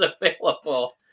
available